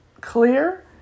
clear